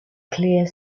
clear